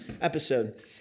episode